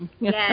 yes